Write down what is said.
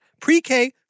pre-K